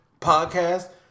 podcast